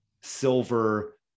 Silver